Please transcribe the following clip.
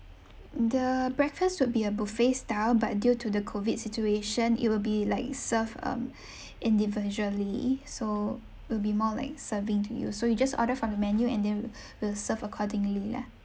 the breakfast would be a buffet style but due to the COVID situation it will be like served um individually so will be more like serving to you so you just order from the menu and then we will serve accordingly lah